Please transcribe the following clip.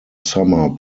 summer